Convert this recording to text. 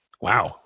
Wow